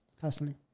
personally